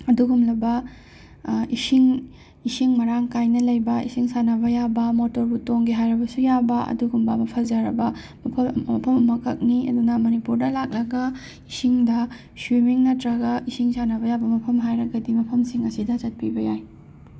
ꯑꯗꯨꯒꯨꯝꯂꯕ ꯏꯁꯤꯡ ꯏꯁꯤꯡ ꯃꯔꯥꯡ ꯀꯥꯏꯅ ꯂꯩꯕ ꯏꯁꯤꯡ ꯁꯥꯟꯅꯕ ꯌꯥꯕ ꯃꯣꯇꯣꯔ ꯕꯨꯠ ꯇꯣꯡꯒꯦ ꯍꯥꯏꯔꯕꯁꯨ ꯌꯥꯕ ꯑꯗꯨꯒꯨꯝꯕ ꯐꯖꯔꯕ ꯃꯐꯝ ꯃꯐꯝ ꯑꯃꯈꯛꯅꯤ ꯑꯗꯨꯅ ꯃꯅꯤꯄꯨꯔꯗ ꯂꯥꯛꯂꯒ ꯏꯁꯤꯡꯗ ꯁ꯭ꯋꯤꯝꯃꯤꯡ ꯅꯠꯇ꯭ꯔꯒ ꯏꯁꯤꯡ ꯁꯥꯟꯅꯕ ꯌꯥꯕ ꯃꯐꯝ ꯍꯥꯏꯔꯒꯗꯤ ꯃꯐꯝꯁꯤꯡ ꯑꯁꯤꯗ ꯆꯠꯄꯤꯕ ꯌꯥꯏ